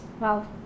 Wow